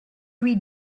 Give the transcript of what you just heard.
read